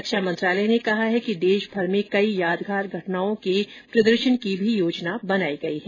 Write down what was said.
रक्षा मंत्रालय ने कहा कि देशभर में कई यादगार घटनाओं के प्रदर्शन की भी योजना बनाई गई है